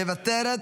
מוותרת,